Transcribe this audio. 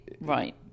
Right